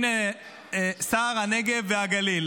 הינה שר הנגב והגליל,